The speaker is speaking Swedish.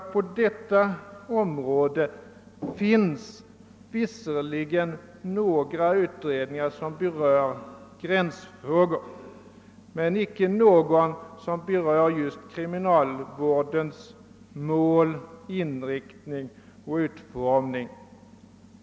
På detta område finns det några utredningar som berör gränsfrågor men icke någon som berör just kriminalvårdens mål, inriktning och utformning.